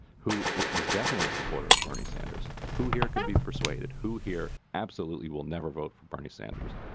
who is definitely a supporter of bernie sanders, who here could be persuaded, who here absolutely will never vote for bernie sanders.